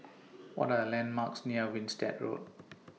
What Are The landmarks near Winstedt Road